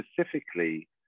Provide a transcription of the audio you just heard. specifically